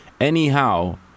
Anyhow